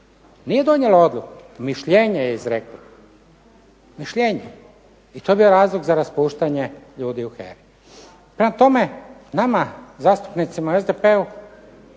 nije donijelo odluku, mišljenje je izreklo. Mišljenje. I to je bio razlog za raspuštanje ljudi u HERA-i. Prema tome nama zastupnicima u SDP-u